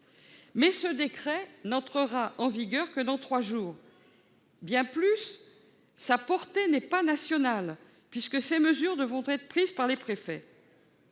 Mais ce décret n'entrera en vigueur que dans trois jours ! Bien plus, sa portée n'est pas nationale, puisque ces mesures devront être prises par les préfets.